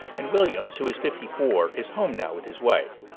and williams, who is fifty four, is home now with his wife.